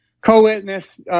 co-witness